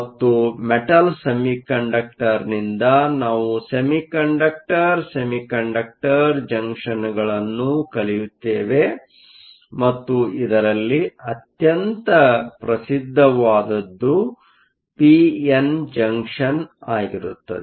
ಮತ್ತು ಮೆಟಲ್ ಸೆಮಿಕಂಡಕ್ಟರ್ನಿಂದ ನಾವು ಸೆಮಿಕಂಡಕ್ಟರ್ ಸೆಮಿಕಂಡಕ್ಟರ್ ಜಂಕ್ಷನ್ಗಳನ್ನು ಕಲಿಯುತ್ತೇವೆ ಮತ್ತು ಇದರಲ್ಲಿ ಅತ್ಯಂತ ಪ್ರಸಿದ್ಧವಾದದ್ದು ಪಿ ಎನ್ ಜಂಕ್ಷನ್ ಆಗಿರುತ್ತದೆ